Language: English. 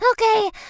Okay